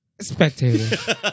Spectator